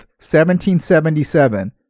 1777